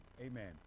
Amen